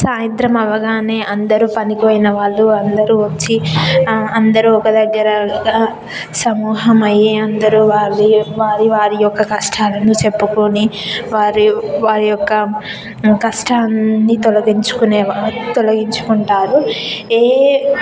సాయంత్రం అవ్వగానే అందరూ పనికి పోయిన వాళ్ళు అందరూ వచ్చి అందరూ ఒక దగ్గర సమ్మూహమయ్యి అందరూ వారు వారి వారి యొక్క కష్టాలను చెప్పుకొని వారి వారి యొక్క కష్టాలన్నీ తొలగించుకునేవా తొలగించుకుంటారు ఏ